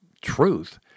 truth